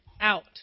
out